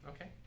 Okay